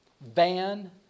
Van